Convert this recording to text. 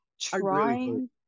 trying